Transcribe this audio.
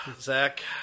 Zach